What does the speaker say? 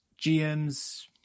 GM's